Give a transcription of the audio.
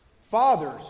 Fathers